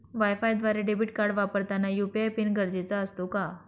वायफायद्वारे debit card वापरताना UPI PIN गरजेचा असतो का?